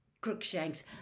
Crookshanks